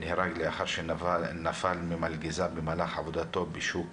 שנהרג לאחר שנפל ממלגזה במהלך עבודתו בשוק